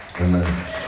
Amen